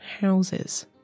houses